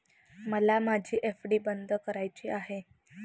मला माझी एफ.डी बंद करायची आहे